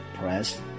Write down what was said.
press